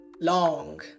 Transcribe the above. long